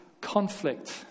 conflict